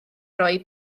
roi